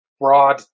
broad